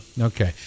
okay